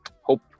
hope